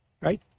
right